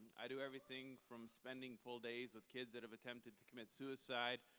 i do everything, from spending full days with kids that have attempted to commit suicide.